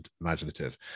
imaginative